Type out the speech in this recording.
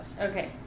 Okay